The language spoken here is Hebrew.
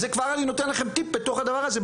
אז כבר אני נותן לכם טיפ בתוך הדבר הזה,